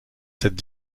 cette